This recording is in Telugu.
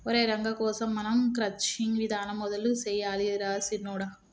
ఒరై రంగ కోసం మనం క్రచ్చింగ్ విధానం మొదలు సెయ్యాలి రా సిన్నొడా